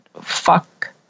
fuck